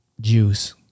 Juice